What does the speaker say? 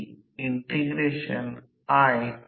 आम्ही transformer E2 स्थिर rotor emf असे समजू